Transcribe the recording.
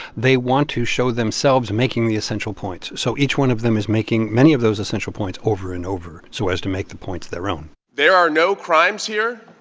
they want to show themselves making the essential points. so each one of them is making many of those essential points over and over so as to make the points their own there are no crimes here.